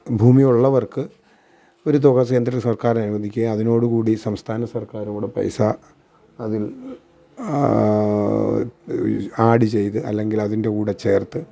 ഭൂമിയുള്ളവര്ക്ക് ഒരു തുക കേന്ദ്രസര്ക്കാർ അനുവധിക്കുകയും അതിനോടു കൂടി സംസ്ഥാന സര്ക്കാരോട് പൈസ അതില് ഈ ആഡ് ചെയ്ത് അല്ലെങ്കിൽ അതിന്റെ കൂടെ ചേര്ത്ത്